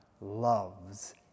loves